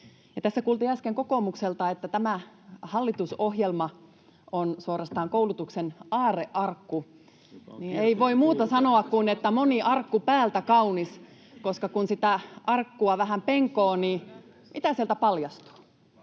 tässä kuultiin äsken kokoomukselta, että tämä hallitusohjelma on suorastaan koulutuksen aarrearkku, niin ei voi muuta sanoa kuin että moni arkku päältä kaunis, koska kun sitä arkkua vähän penkoo, niin mitä sieltä paljastuu?